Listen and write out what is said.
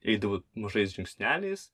eidavo mažais žingsneliais